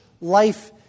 life